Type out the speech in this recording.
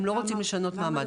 הם לא רוצים לשנות מעמד.